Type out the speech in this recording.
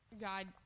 God